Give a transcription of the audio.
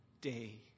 day